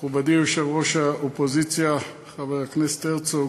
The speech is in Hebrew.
מכובדי יושב-ראש האופוזיציה חבר הכנסת הרצוג,